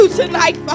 tonight